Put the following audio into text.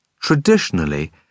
traditionally